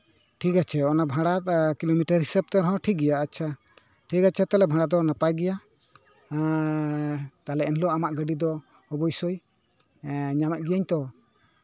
ᱴᱷᱤᱠ ᱟᱪᱷᱮ ᱚᱱᱟ ᱵᱷᱟᱲᱟ ᱠᱤᱞᱳᱢᱤᱴᱟᱨ ᱦᱤᱥᱟᱹᱵᱽ ᱛᱮ ᱨᱮᱦᱚᱸ ᱴᱷᱤᱠ ᱜᱮᱭᱟ ᱟᱪᱪᱷᱟ ᱴᱷᱤᱠ ᱟᱪᱷᱮ ᱛᱟᱦᱞᱮ ᱵᱷᱟᱲᱟ ᱫᱚ ᱱᱟᱯᱟᱭ ᱜᱮᱭᱟ ᱟᱨ ᱛᱟᱦᱞᱮ ᱮᱱ ᱦᱤᱞᱳᱜ ᱟᱢᱟᱜ ᱜᱟᱹᱰᱤ ᱫᱚ ᱚᱵᱳᱥᱥᱳᱭ ᱧᱟᱢᱮᱫ ᱜᱤᱭᱟᱹᱧ ᱛᱚ